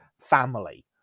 family